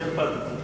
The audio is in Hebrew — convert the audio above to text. שיהיה פקס.